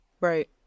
right